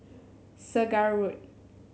Segar Road